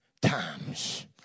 times